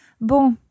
Bon